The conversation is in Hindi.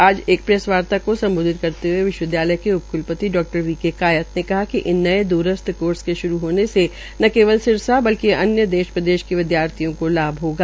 आज प्रेस वार्ता को सम्बोधित करते हए विश्वविद्यालय के उप क्लपति डॉ वी के कायत ने कहा इन नए द्रस्थ कोर्स के श्रू होने से न केवल सिरसा बल्कि अन्य देश प्रदेश के विद्यार्थियों को इसका लाभ मिल सकेगा